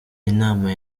inama